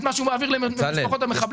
מה שהוא מעביר למשפחות המחבלים -- בצלאל,